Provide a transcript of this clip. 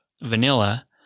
vanilla